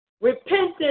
repentance